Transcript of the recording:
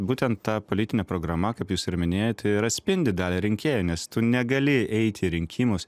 būtent ta politinė programa kaip jūs ir minėjote ir atspindi dalį rinkėjų nes tu negali eit į rinkimus